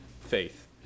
faith